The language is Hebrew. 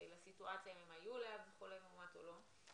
לסיטואציה אם הם היו ליד חולה מאומת או לא.